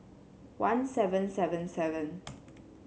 one seven seven seven